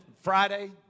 Friday